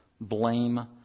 blame